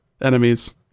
enemies